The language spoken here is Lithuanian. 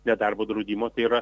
nedarbo draudimo tai yra